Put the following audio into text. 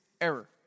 error